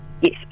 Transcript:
Yes